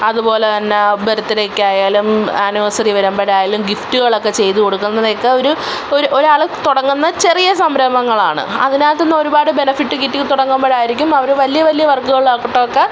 അതുപോലെത്തന്നെ ബർത്ത്ഡേക്കായാലും ആനുവേഴ്സറി വരുമ്പോഴായാലും ഗിഫ്റ്റുകളൊക്കെ ചെയ്തു കൊടുക്കുന്നതൊക്കെ ഒരു ഒരു ഒരാൾ തുടങ്ങുന്ന ചെറിയ സംരംഭങ്ങളാണ് അതിനകത്തുനിന്ന് ഒരുപാട് ബെനഫിറ്റ് കിട്ടിത്തുടങ്ങുമ്പോഴായിരിക്കും അവർ വല്യ വല്യ വർക്കുകളിലോട്ടൊക്കെ